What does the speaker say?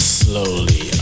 slowly